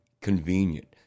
convenient